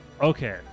Okay